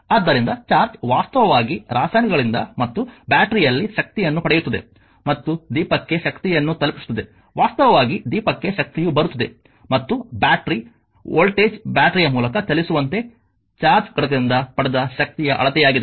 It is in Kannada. ಆದ್ದರಿಂದ ಚಾರ್ಜ್ ವಾಸ್ತವವಾಗಿ ರಾಸಾಯನಿಕಗಳಿಂದ ಮತ್ತು ಬ್ಯಾಟರಿಯಲ್ಲಿ ಶಕ್ತಿಯನ್ನು ಪಡೆಯುತ್ತದೆ ಮತ್ತು ದೀಪಕ್ಕೆ ಶಕ್ತಿಯನ್ನು ತಲುಪಿಸುತ್ತದೆ ವಾಸ್ತವವಾಗಿ ದೀಪಕ್ಕೆ ಶಕ್ತಿಯು ಬರುತ್ತಿದೆ ಮತ್ತು ಬ್ಯಾಟರಿ ವೋಲ್ಟೇಜ್ ಬ್ಯಾಟರಿಯ ಮೂಲಕ ಚಲಿಸುವಂತೆ ಚಾರ್ಜ್ ಘಟಕದಿಂದ ಪಡೆದ ಶಕ್ತಿಯ ಅಳತೆಯಾಗಿದೆ